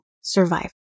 survive